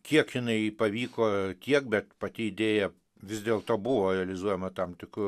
kiek jinai pavyko tiek bet pati idėja vis dėlto buvo realizuojama tam tikru